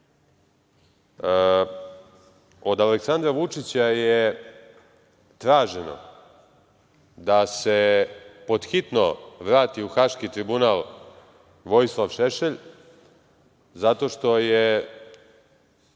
Aleksandra Vučića je traženo da se pod hitno vrati u Haški tribunal Vojislav Šešelj zato što je